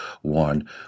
one